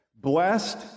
blessed